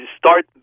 start